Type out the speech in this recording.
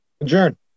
Adjourn